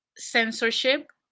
Censorship